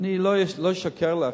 לא אשקר לך,